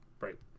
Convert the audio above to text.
Right